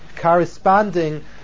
Corresponding